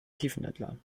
tiefentladen